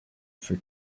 for